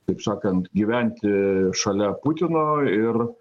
taip sakant gyventi šalia putino ir